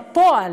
בפועל,